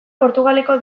portugaleko